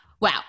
wow